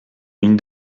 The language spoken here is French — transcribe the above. une